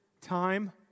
time